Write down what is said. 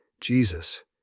jesus